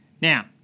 Now